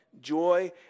joy